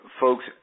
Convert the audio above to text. folks